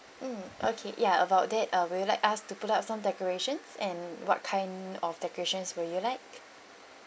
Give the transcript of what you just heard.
mm okay ya about there um would you like us to put up some decorations and what kind of decorations would you like